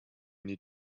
need